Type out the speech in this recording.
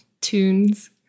Tunes